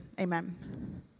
Amen